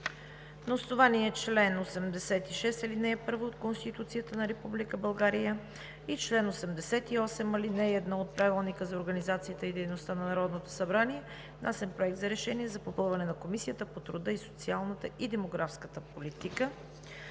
На основание чл. 86, ал. 1 от Конституцията на Република България и чл. 88, ал. 1 от Правилника за организацията и дейността на Народното събрание е внесен Проект за решение за попълване на Комисията по труда, социалната и демографската политика.